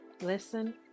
Listen